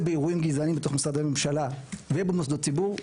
באירועים גזעניים בתוך משרדי ממשלה ובמוסדות ציבור,